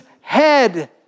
head